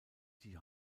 die